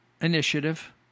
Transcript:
initiative